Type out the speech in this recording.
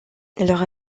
leur